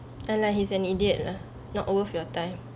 turn out he's an idiot lah not worth your time